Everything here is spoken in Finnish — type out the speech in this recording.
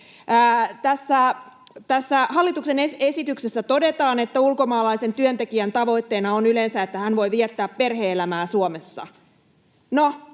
Tässä hallituksen esityksessä todetaan, että ulkomaalaisen työntekijän tavoitteena on yleensä, että hän voi viettää perhe-elämää Suomessa.